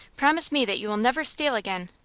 promise me that you will never steal again?